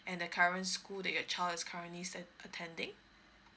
and the current school that your child is currently atten~ attending